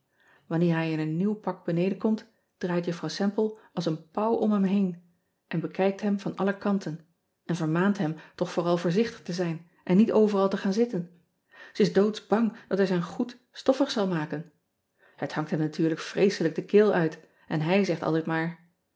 anneer hij in een nieuw pak beneden komt draait uffrouw emple als een pauw om hem heen en bekijkt hem van alle kanten en vermaant hem toch vooral voorzichtig te zijn en niet overal te gaan zitten e is doodsbang dat hij zijn goed stoffig zal maken et hangt hem natuurlijk vreeselijk de keel uit en hij zegt altijd maar